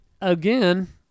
again